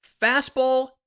fastball